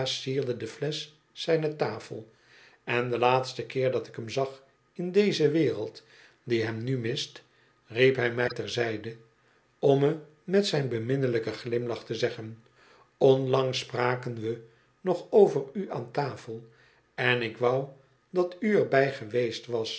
de flesch zijne tafel en den laatsten keer dat ik hem zag in deze wereld die hem nu mist riep hij mij ter zijde om me met zyn beminnelijken glimlach te zeggen onlangs spraken we nog over u aan tafel en ik wou dat u er bij geweest was